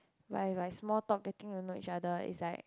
but if like small talk getting to know each other is like